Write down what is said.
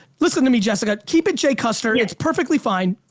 listen to me jessica keep it jai custer, it's perfectly fine.